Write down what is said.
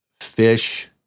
fish